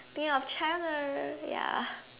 think of China ya